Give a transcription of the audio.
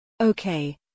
Okay